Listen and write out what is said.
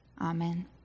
Amen